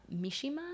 Mishima